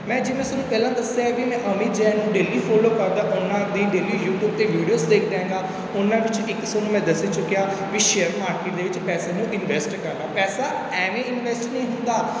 ਮੈਂ ਜਿਵੇਂ ਤੁਹਾਨੂੰ ਪਹਿਲਾਂ ਦੱਸਿਆ ਕਿ ਮੈਂ ਅਮਿਤ ਜੈਨ ਨੂੰ ਡੇਲੀ ਫੋਲੋ ਕਰਦਾ ਉਨ੍ਹਾਂ ਦੀ ਡੇਲੀ ਯੂਟਿਊਬ 'ਤੇ ਵੀਡੀਓਜ਼ ਦੇਖਦਾ ਹੈਗਾ ਉਨ੍ਹਾਂ ਵਿੱਚ ਇੱਕ ਤੁਹਾਨੂੰ ਮੈਂ ਦੱਸ ਹੀ ਚੁੱਕਿਆਂ ਵੀ ਸ਼ੇਅਰ ਮਾਰਕੀਟ ਦੇ ਵਿੱਚ ਪੈਸੇ ਨੂੰ ਇਨਵੈਸਟ ਕਰਨਾ ਪੈਸਾ ਐਵੇਂ ਇਨਵੈਸਟ ਨਹੀਂ ਹੁੰਦਾ